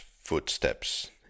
footsteps